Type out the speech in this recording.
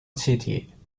气体